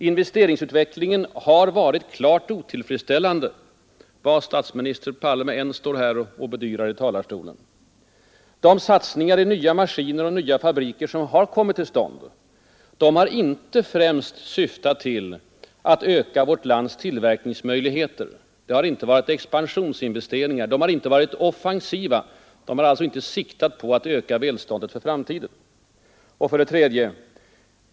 Investeringsutvecklingen har varit klart otillfredsställande, vad än statsminister Palme står här och bedyrar i talarstolen. De satsningar i nya maskiner och nya fabriker, som kommit till stånd, har inte främst syftat till att öka vårt lands tillverkningsmöjligheter. Det har inte varit expansionsinvesteringar. De har inte varit offensiva. De har alltså inte siktat på att öka välståndet för framtiden. 3.